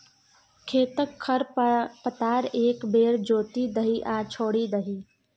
खेतक खर पतार एक बेर जोति दही आ छोड़ि दही